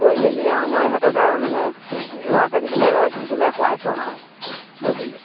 কৈ মেলি আৰু মই ইহঁতক আৰু মানে ল'ৰা ছোৱালীকেইটাক আৰু ফুচুলাই শুৱাই থওঁ আৰু গধূলি